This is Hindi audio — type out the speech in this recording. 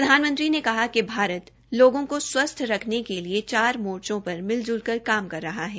प्रधानमंत्री ने कहा कि भारत लोगों को स्वस्थ्य रखने के लिए चार मोर्चो पर मिलजुल कर काम कर रहा है